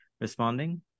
responding